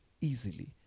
easily